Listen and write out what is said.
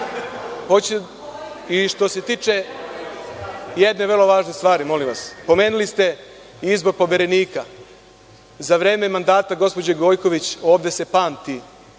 se tiče jedne vrlo važne stvari, molim vas, pomenuli ste izbor poverenika, za vreme mandata gospođe Gojković ovde se pamti